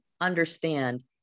understand